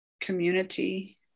community